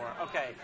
Okay